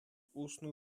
устную